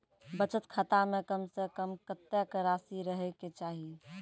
बचत खाता म कम से कम कत्तेक रासि रहे के चाहि?